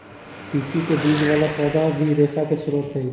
तिस्सी के बीज वाला पौधा भी रेशा के स्रोत हई